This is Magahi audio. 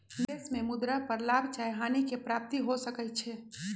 निवेश में मुद्रा पर लाभ चाहे हानि के प्राप्ति हो सकइ छै